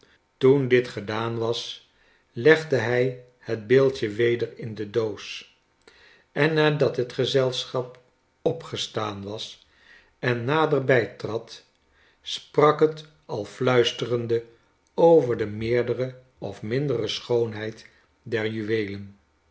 toen dit gedaan was legde hij het beeldje weder in de doos en nadat het gezelschap opgestaan was en nader bij trad sprak het al fluisterende over de meerdere of mindere schoonh'eid der juweelen